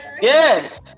Yes